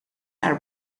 are